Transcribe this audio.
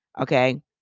okay